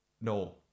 no